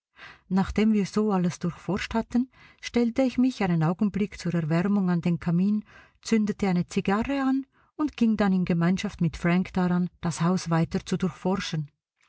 nachdem wir so alles durchforscht hatten stellte ich mich einen augenblick zur erwärmung an den kamin zündete eine zigarre an und ging dann in gemeinschaft mit frank daran das haus weiter zu durchforschen